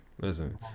listen